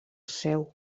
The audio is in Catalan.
seu